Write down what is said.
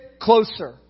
closer